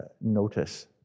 notice